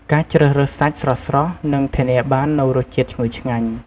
ការជ្រើសរើសសាច់ស្រស់ៗ នឹងធានាបាននូវរសជាតិឈ្ងុយឆ្ងាញ់។